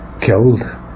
killed